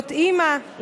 להיות אימא,